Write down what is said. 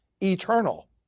eternal